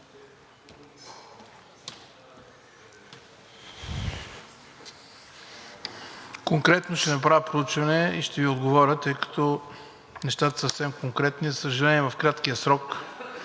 Конкретно ще направя проучване и ще Ви отговоря, тъй като нещата са съвсем конкретни. За съжаление, в краткия срок,